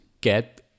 get